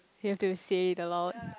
you have to say it aloud